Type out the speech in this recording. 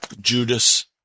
Judas